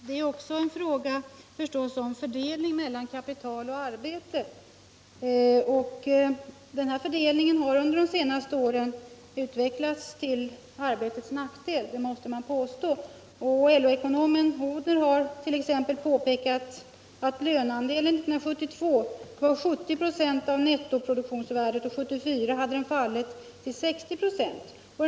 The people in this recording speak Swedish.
Herr talman! Det är förstås också en fråga om fördelning mellan kapital och arbete. Den här fördelningen har under de senaste åren utvecklats till arbetets nackdel, det måste man påstå. LO-ekonomen Odhner har t.ex. påpekat att löneandelen 1972 var 70 96 av nettoproduktionsvärdet och 1974 hade den fallit till 60 96.